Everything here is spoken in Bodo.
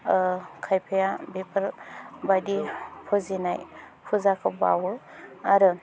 खायफाया बेफोर बायदि फुजिनाय फुजाखौ बाउओ आरो